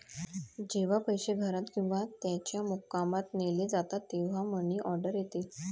जेव्हा पैसे घरात किंवा त्याच्या मुक्कामात नेले जातात तेव्हा मनी ऑर्डर येते